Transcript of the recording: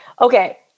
okay